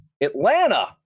Atlanta